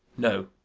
no.